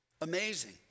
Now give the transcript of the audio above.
amazing